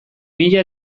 mila